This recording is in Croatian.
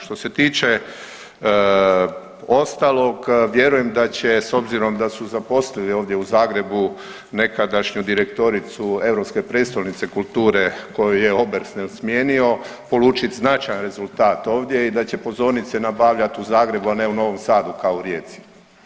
Što se tiče ostalog vjerujem da će s obzirom da su zaposlili ovdje u Zagrebu nekadašnju direktoricu europske prijestolnice kulture koju je Obersnel smijenio polučit značajan rezultat ovdje i da će pozornice nabavljat u Zagrebu, a ne u Novom Sadu kao u Rijeci.